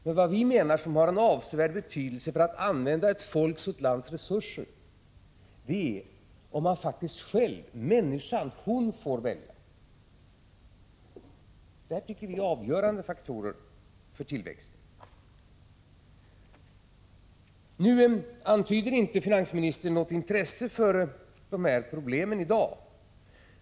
Men vad vi menar har en avsevärd betydelse för användandet av ett folks och ett lands resurser är faktiskt om människan själv får välja. Det här tycker vi är avgörande faktorer för tillväxten. Nu antyder inte finansministern något intresse för de här problemen i dag.